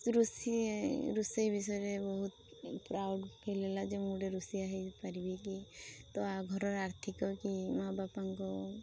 ରୋଷେଇ ରୋଷେଇ ବିଷୟରେ ବହୁତ ପ୍ରାଉଡ଼୍ ଫିଲ୍ ହେଲା ଯେ ମୁଁ ଗୋଟେ ରୋଷେଇଆ ହେଇପାରିବି କି ତ ଘରର ଆର୍ଥିକ କି ମା ବାପାଙ୍କୁ